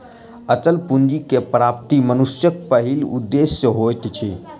अचल पूंजी के प्राप्ति मनुष्यक पहिल उदेश्य होइत अछि